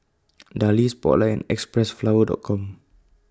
Darlie Spotlight and Xpressflower Com